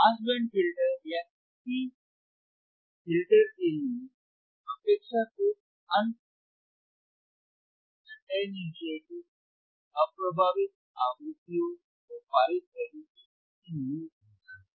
पास band filter या किसी फिल फ़िल्टर के लिए अपेक्षाकृत अन अटेनुएटेड अप्रभावित आवृत्तियों को पारित करने की इसकी मूल क्षमता है